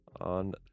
On